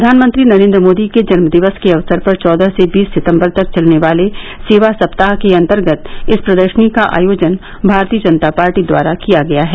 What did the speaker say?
प्रधानमंत्री नरेन्द्र मोदी के जन्मदिवस के अवसर पर चौदह से बीस सितम्बर तक चलने वाले सेवा सप्ताह के अन्तर्गत इस प्रदर्शनी का आयोजन भारतीय जनता पार्टी द्वारा किया गया है